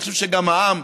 אני חושב שגם העם,